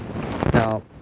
Now